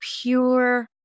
pure